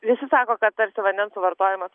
visi sako kad tarsi vandens suvartojimas